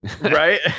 Right